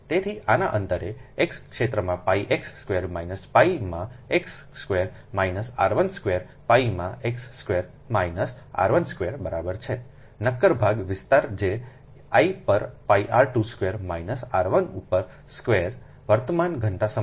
તેથી આના અંતરે x ક્ષેત્રમાં pi x square minus pi માં x square minus r1 square pi માં x square minus r 1 square બરાબર છે નક્કર ભાગ વિસ્તાર જે I પર pi r 2 square minus r 1 ઉપર સ્ક્વેર વર્તમાન ઘનતા સમાન